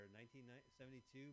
1972